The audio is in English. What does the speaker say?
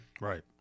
Right